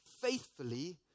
faithfully